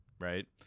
right